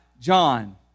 John